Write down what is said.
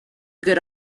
good